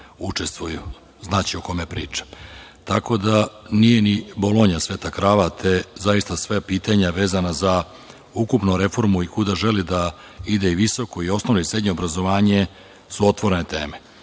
učestvuju. Znaće o kome pričam. Tako da, nije ni Bolonja sveta krava. Te, zaista, sva pitanja vezana za ukupnu reformu i kuda želimo da ide i visoko i osnovno i srednje obrazovanje su otvorene teme.